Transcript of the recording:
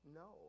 no